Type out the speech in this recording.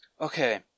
Okay